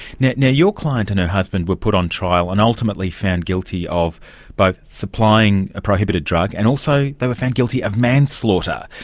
now, your client and her husband were put on trial and ultimately found guilty of both supplying a prohibited drug and also they were found guilty of manslaughter.